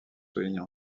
soulignent